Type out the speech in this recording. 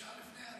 אפשר לפני?